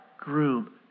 groom